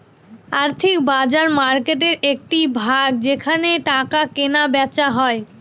আর্থিক বাজার মার্কেটের একটি ভাগ যেখানে টাকা কেনা বেচা হয়